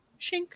Shink